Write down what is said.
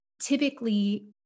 typically